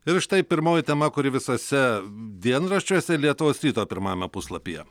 ir štai pirmoji tema kuri visuose dienraščiuose lietuvos ryto pirmajame puslapyje